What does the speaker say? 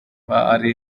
ari